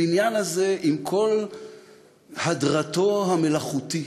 הבניין הזה, עם כל הדרתו המלאכותית,